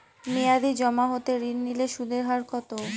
মেয়াদী জমা হতে ঋণ নিলে সুদের হার কত?